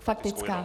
Faktická.